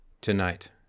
tonight